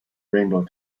rainbow